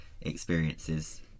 experiences